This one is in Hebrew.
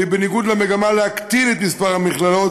והיא בניגוד למגמה להקטין את מספר המכללות